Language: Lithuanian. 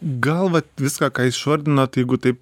gal vat viską ką išvardinot jeigu taip